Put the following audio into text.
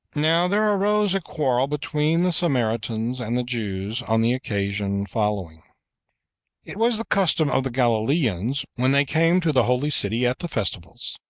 now there arose a quarrel between the samaritans and the jews on the occasion following it was the custom of the galileans, when they came to the holy city at the festivals,